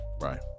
right